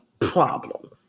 problem